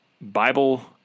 Bible